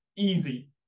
Easy